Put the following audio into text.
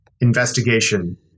investigation